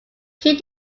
keep